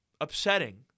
upsetting